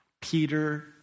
Peter